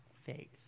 faith